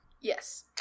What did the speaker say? Yes